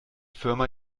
firma